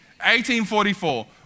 1844